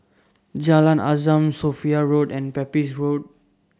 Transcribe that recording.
Jalan Azam Sophia Road and Pepys Road